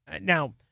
Now